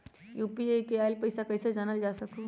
UPI से आईल पैसा कईसे जानल जा सकहु?